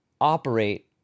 operate